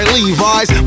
Levi's